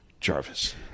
Jarvis